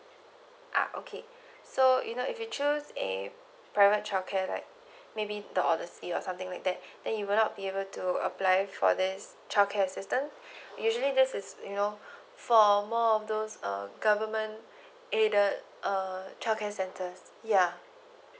ah okay so you know if you choose a private childcare like maybe the all the sea or something like that then you will not be able to apply for this childcare assistant usually this is you know for more of those um government aided uh childcare centers ya